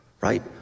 right